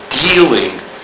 dealing